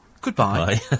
goodbye